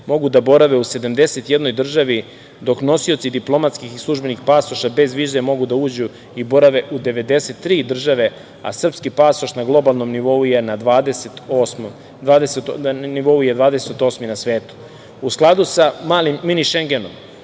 mogu da borave u 71 državi, dok nosioci diplomatskih i službenih pasoša bez vize mogu da uđu i borave u 93 države, a srpski pasoš na globalnom nivou je 28. na svetu.U skladu sa „mini Šengenom“